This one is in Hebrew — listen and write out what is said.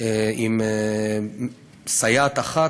עם סייעת אחת,